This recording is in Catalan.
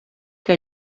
que